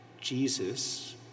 Jesus